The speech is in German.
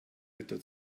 ritter